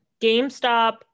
GameStop